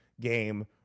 game